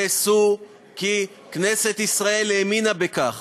נעשו כי כנסת ישראל האמינה בכך,